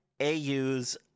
AU's